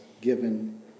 given